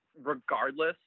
regardless